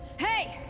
hey!